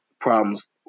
problems